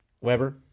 Weber